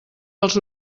dels